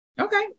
Okay